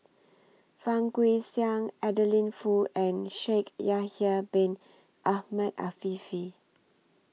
Fang Guixiang Adeline Foo and Shaikh Yahya Bin Ahmed Afifi